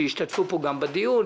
שגם השתתפו פה בדיון,